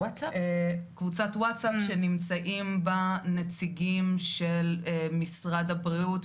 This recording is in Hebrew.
קבוצה שנמצאים בה נציגים של משרד הבריאות,